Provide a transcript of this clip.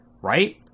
Right